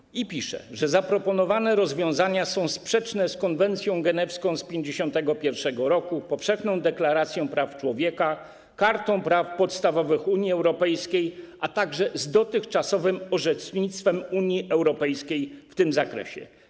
Jest w nim napisane, że zaproponowane rozwiązania są sprzeczne z konwencją genewską z 1951 r., Powszechną Deklaracją Praw Człowieka, Kartą Praw Podstawowych Unii Europejskiej, a także z dotychczasowym orzecznictwem Unii Europejskiej w tym zakresie.